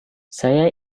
saya